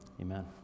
Amen